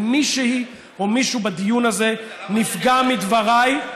אם מישהי או מישהו בדיון הזה נפגע מדבריי,